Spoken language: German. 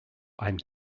einen